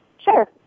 Sure